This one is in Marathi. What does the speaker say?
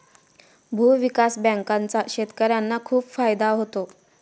भूविकास बँकांचा शेतकर्यांना खूप फायदा होतो